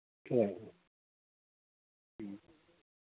ꯍꯣꯏ ꯎꯝ